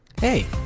hey